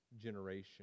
generation